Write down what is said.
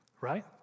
Right